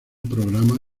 programa